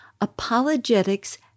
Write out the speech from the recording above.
Apologetics